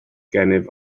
gennyf